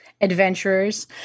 adventurers